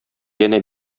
янә